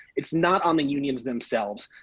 it's not on the union's themselves.